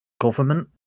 government